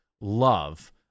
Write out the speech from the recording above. love